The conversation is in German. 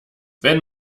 wenn